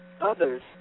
others